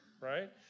right